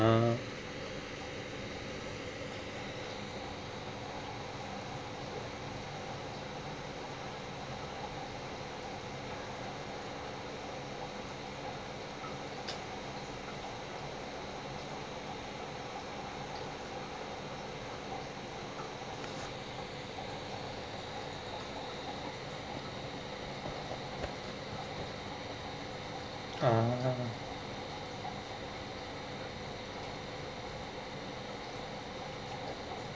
uh ah